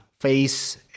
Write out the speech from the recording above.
face